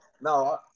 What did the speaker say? no